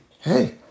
hey